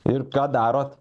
ir ką darot